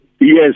Yes